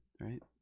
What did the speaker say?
right